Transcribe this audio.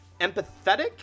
empathetic